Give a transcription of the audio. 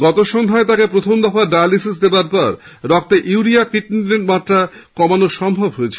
গতসন্ধ্যায় তাঁকে প্রথম দফায় ডায়ালিসিস দেওয়ার পর রক্তে ইউরিয়া ক্রিয়েটিনিনের মাত্রা কমানো সম্ভব হয়েছে